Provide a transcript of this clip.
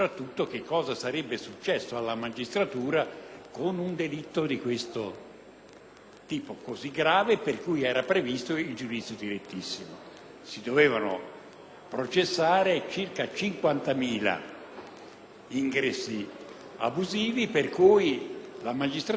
delitto così grave per cui era previsto il giudizio direttissimo. Si sarebbero dovuti processare circa 50.000 ingressi abusivi, per cui la magistratura sarebbe stata bloccata con i processi per direttissima esclusivamente su questo reato.